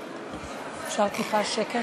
אפשר טיפה שקט?